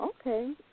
Okay